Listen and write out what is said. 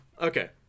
Okay